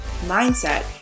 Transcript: mindset